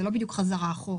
וזאת לא בדיוק חזרה אחורה.